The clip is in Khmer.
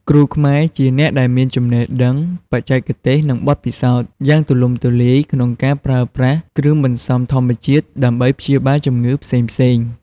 គ្រូខ្មែរជាអ្នកដែលមាន ចំណេះដឹង បច្ចេកទេស និងបទពិសោធន៍ យ៉ាងទូលំទូលាយក្នុងការប្រើប្រាស់ គ្រឿងបន្សំធម្មជាតិ ដើម្បីព្យាបាលជំងឺផ្សេងៗ។